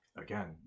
again